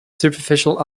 superficial